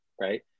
right